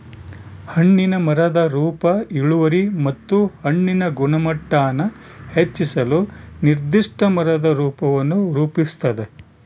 ಹಣ್ಣಿನ ಮರದ ರೂಪ ಇಳುವರಿ ಮತ್ತು ಹಣ್ಣಿನ ಗುಣಮಟ್ಟಾನ ಹೆಚ್ಚಿಸಲು ನಿರ್ದಿಷ್ಟ ಮರದ ರೂಪವನ್ನು ರೂಪಿಸ್ತದ